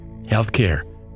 Healthcare